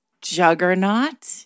Juggernaut